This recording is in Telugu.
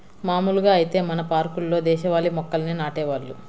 మాములుగా ఐతే మన పార్కుల్లో దేశవాళీ మొక్కల్నే నాటేవాళ్ళు